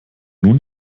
nun